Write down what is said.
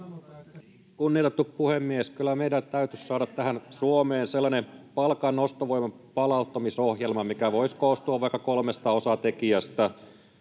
Kunnioitettu puhemies! Kyllä meidän täytyisi saada tähän Suomeen sellainen palkan ostovoiman palauttamisohjelma, mikä voisi koostua vaikka kolmesta osatekijästä: